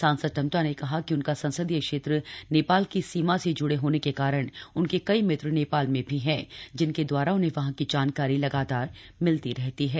सांसद टम्टा ने कहा कि उनका संसदीय क्षेत्र नेपाल की सीमा से जुड़े होने के कारण उनके कई मित्र नेपाल में भी है जिनके द्वारा उन्हें वहां की जानकारी मिलती रहती है